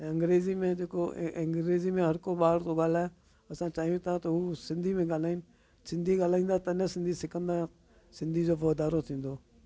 ऐं अंग्रेज़ी में जेको ऐं एंग्रेज़ी में हर को ॿार तो ॻाल्हाइ असां चाहियूं था त हूं सिंधी में ॻाल्हाइनि सिंधी ॻाल्हाईंदा त न सिंधी सिखंदा सिंधी जो बि वाधारो थींदो